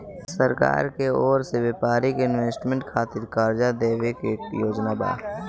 सरकार की ओर से व्यापारिक इन्वेस्टमेंट खातिर कार्जा देवे के योजना बा